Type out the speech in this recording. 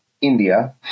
India